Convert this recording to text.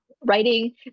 writing